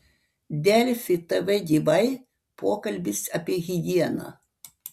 delfi tv gyvai pokalbis apie higieną